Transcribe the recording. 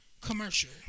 commercial